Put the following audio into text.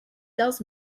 does